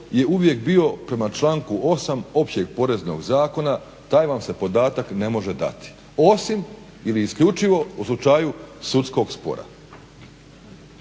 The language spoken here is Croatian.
je uvijek bio prema članku 8. Općeg poreznog zakona, taj vam se podatak ne može dati osim ili isključivo u slučaju sudskog spora.